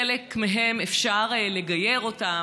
חלק מהם, אפשר לגייר אותם.